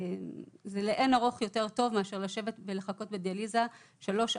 זה יותר טוב לאין ערוך מאשר לשבת ולחכות בדיאליזה שלוש,